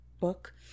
book